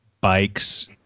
bikes